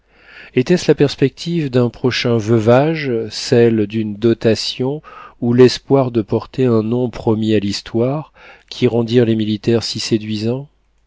était-ce la perspective d'un prochain veuvage celle d'une dotation ou l'espoir de porter un nom promis à l'histoire qui rendirent les militaires si séduisants